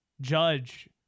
Judge